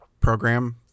program